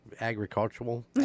agricultural